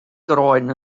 groen